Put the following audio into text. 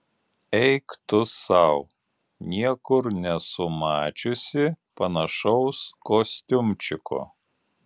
eik tu sau niekur nesu mačiusi panašaus kostiumčiko